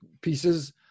pieces